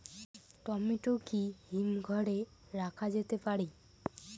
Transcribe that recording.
Tomato কি হিমঘর এ রাখা যেতে পারে?